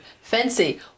Fancy